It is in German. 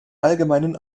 allgemeinen